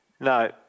No